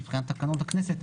מבחינת תקנון הכנסת,